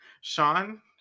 Sean